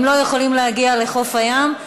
הם לא יכולים להגיע לחוף היום,